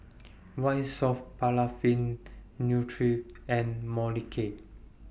White Soft Paraffin Nutren and Molicare